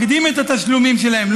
מקדים את התשלומים שלהם,